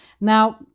Now